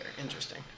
Interesting